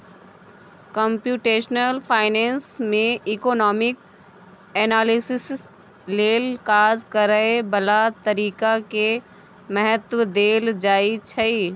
computational finance में economic analysis लेल काज करए बला तरीका के महत्व देल जाइ छइ